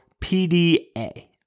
PDA